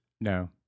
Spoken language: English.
No